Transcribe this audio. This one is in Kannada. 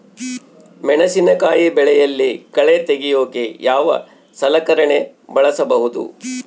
ಮೆಣಸಿನಕಾಯಿ ಬೆಳೆಯಲ್ಲಿ ಕಳೆ ತೆಗಿಯೋಕೆ ಯಾವ ಸಲಕರಣೆ ಬಳಸಬಹುದು?